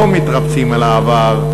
לא מתרפקים על העבר,